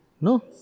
No